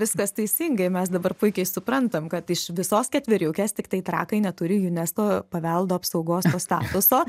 viskas teisingai mes dabar puikiai suprantam kad iš visos ketveriukės tiktai trakai neturi unesco paveldo apsaugos to statuso